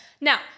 Now